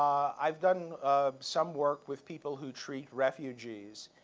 i've done some work with people who treat refugees.